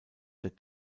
der